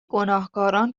گناهکاران